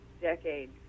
decade